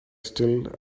still